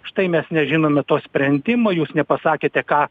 štai mes nežinome to sprendimo jūs nepasakėte ką